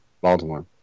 Baltimore